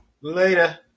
Later